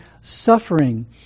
suffering